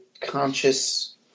conscious